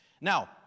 Now